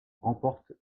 remporte